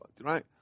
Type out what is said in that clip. right